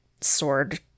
sword